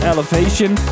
Elevation